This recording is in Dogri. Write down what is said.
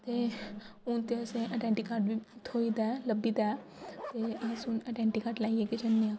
ते हून ते असें आइडेंटिटी कार्ड बी थ्होई दा ऐ लब्भी दा ऐ ते अस हून आइडेंटिटी कार्ड लाइयै गै जन्ने आं